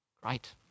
great